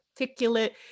articulate